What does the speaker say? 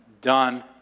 done